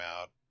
out